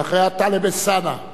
ואחריה, טלב אלסאנע.